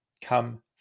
come